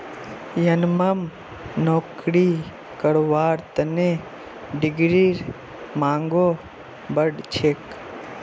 यनमम नौकरी करवार तने डिग्रीर मांगो बढ़ छेक